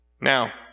Now